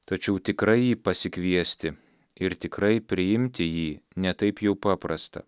tačiau tikrai jį pasikviesti ir tikrai priimti jį ne taip jau paprasta